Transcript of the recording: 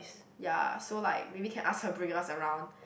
ya so like maybe can ask her to bring us around